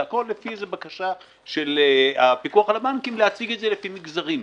זה הכול לפי בקשה של הפיקוח על הבנקים להציג את זה לפי מגזרים.